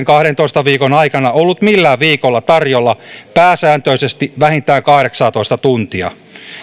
kahdentoista viikon aikana ollut millään viikolla tarjolla pääsääntöisesti vähintään kahdeksaatoista tuntia